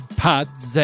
pods